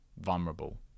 vulnerable